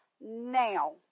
now